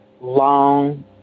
long